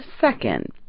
second